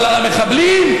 אבל המחבלים?